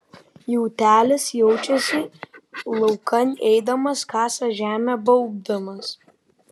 jautelis jaučiasi laukan eidamas kasa žemę baubdamas